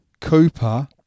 Cooper